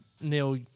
Neil